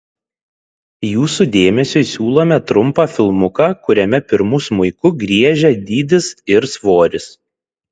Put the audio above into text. jūsų dėmesiui siūlome trumpą filmuką kuriame pirmu smuiku griežia dydis ir svoris